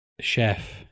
chef